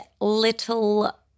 little